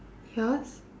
yours